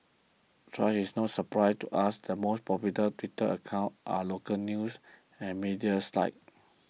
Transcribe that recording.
thus it's no surprise to us the most popular Twitter accounts are local news and media sites